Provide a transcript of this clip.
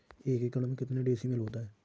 एक एकड़ में कितने डिसमिल होता है?